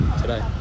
today